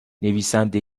نویسنده